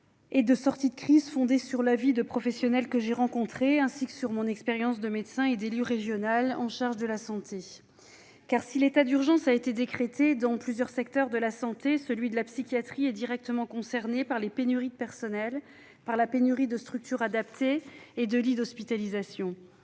et de sortie de crise, fondées sur l'avis de professionnels que j'ai rencontrés, ainsi que sur mon expérience de médecin et d'élue régionale chargée de la santé. Si l'état d'urgence a été décrété dans plusieurs secteurs de la santé, celui de la psychiatrie est directement concerné par les pénuries de personnels, de structures adaptées et de lits d'hospitalisation.